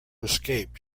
escape